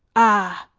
ah!